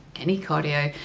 any cardio!